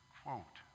quote